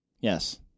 Yes